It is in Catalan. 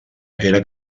era